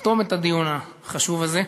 לחתום את הדיון החשוב הזה,